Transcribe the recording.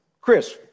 Chris